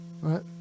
right